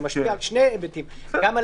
זה משפיע על שני ההיבטים - גם על